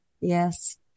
Yes